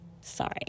Sorry